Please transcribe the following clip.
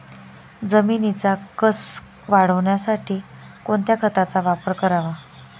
जमिनीचा कसं वाढवण्यासाठी कोणत्या खताचा वापर करावा?